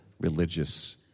religious